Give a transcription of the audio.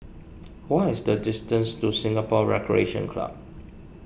what is the distance to Singapore Recreation Club